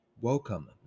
Welcome